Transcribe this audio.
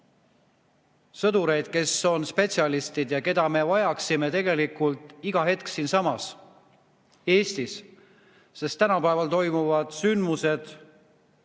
sõdureid, kes on spetsialistid ja keda me vajaksime tegelikult iga hetk siinsamas Eestis. Tänapäeval toimuvad sündmused